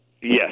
Yes